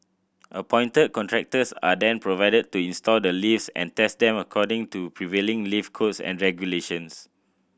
appointed contractors are then provided to install the lifts and test them according to prevailing lift codes and regulations